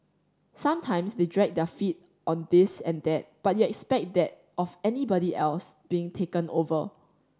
sometimes they dragged their feet on this and that but you expect that of anybody else being taken over